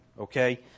Okay